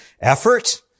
effort